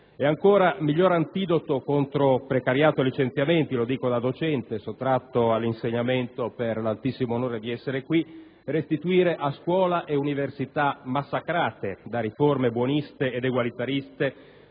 e ancora, migliore antidoto contro precariato e licenziamenti (lo dico da docente sottratto all'insegnamento per l'altissimo onore di essere qui), restituire a scuola e università, massacrate da riforme buoniste ed egualitariste,